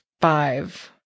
five